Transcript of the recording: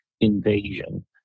invasion